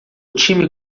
time